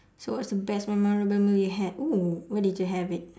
so what's the best memorable meal you had oo where did you have it